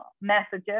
messages